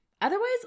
Otherwise